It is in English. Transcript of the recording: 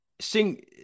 Sing